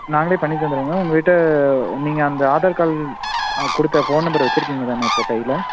நாங்களே பண்ணி தந்துடுவோங்க உங்கக்கிட்ட நீங்கள் அந்த ஆதார் கார்ட் கொடுத்த ஃபோன் நம்பர் வச்சிருக்கீங்க தானே இப்போ கையில்